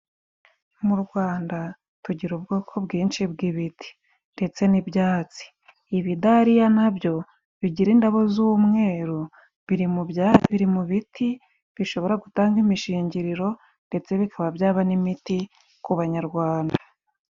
Mu Rwanda tugira ubwoko bwinshi bw'ibiti ndetse n'ibyatsi. Ibidariya nabyo bigira indabo z'umweru biri mu biti bishobora gutanga imishingiriro, ndetse bikaba byaba n'imiti ku banyarwanda.